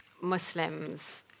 Muslims